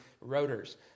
rotors